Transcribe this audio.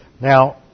Now